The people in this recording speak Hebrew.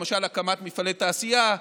למשל הקמת מפעלי תעשייה,